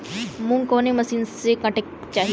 मूंग कवने मसीन से कांटेके चाही?